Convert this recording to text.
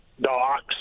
docks